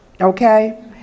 Okay